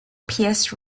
piers